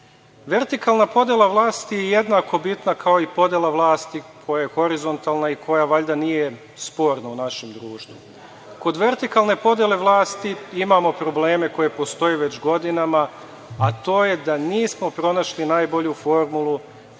samouprava. Vertikalna podela vlasti je jednak bitna kao i podela vlasti koja je horizontalna i koja nije sporna u našem društvu. Kod vertikalne podele vlasti imamo probleme koji postoje već godinama, a to je da nismo pronašli najbolju formulu kako